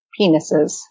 penises